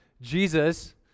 Jesus